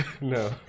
no